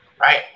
Right